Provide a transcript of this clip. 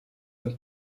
een